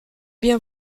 bien